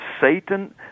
Satan